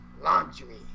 laundry